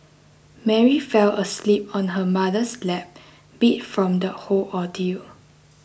Mary fell asleep on her mother's lap beat from the whole ordeal